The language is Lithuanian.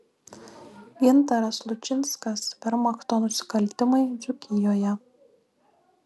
gintaras lučinskas vermachto nusikaltimai dzūkijoje